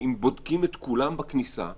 אם בודקים את כולם בכניסה ומוודאים,